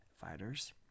fighters